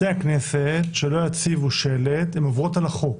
בתי הכנסת שלא יציבו שלט עוברים על החוק,